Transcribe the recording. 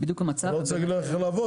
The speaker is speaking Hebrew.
אני לא רוצה להגיד לכם איך לעבוד,